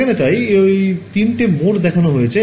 এখানে তাই ঐ তিনটে মোড দেখানো হয়েছে